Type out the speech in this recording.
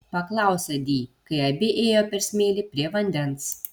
paklausė di kai abi ėjo per smėlį prie vandens